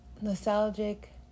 nostalgic